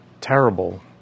terrible